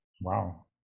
Wow